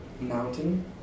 Mountain